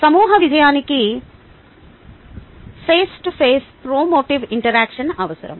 సమూహ విజయానికి face to face promotive interaction అవసరం